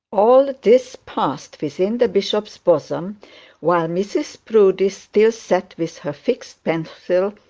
all this passed within the bishop's bosom while mrs proudie stall sat with her fixed pencil,